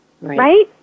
Right